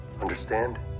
Understand